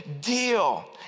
deal